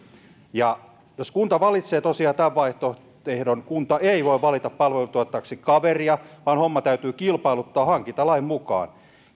ja jos kunta valitsee tosiaan tämän vaihtoehdon kunta ei voi valita palveluntuottajaksi kaveria vaan homma täytyy kilpailuttaa hankintalain mukaan